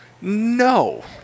no